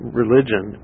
religion